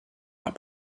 are